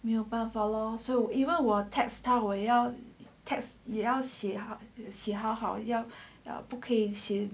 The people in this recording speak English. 没有办法 loh so even while text 要 text 也要写好写好好要不不可以写